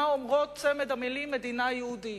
מה אומרות צמד המלים "מדינה יהודית",